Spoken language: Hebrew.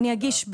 אני אגיש.